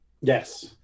yes